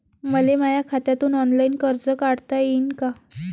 मले माया खात्यातून ऑनलाईन कर्ज काढता येईन का?